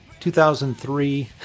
2003